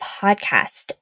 Podcast